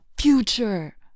future